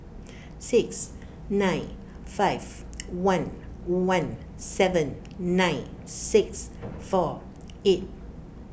six nine five one one seven nine six four eight